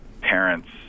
Parents